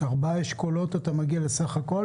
אתה מגיע בסך הכול